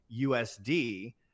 USD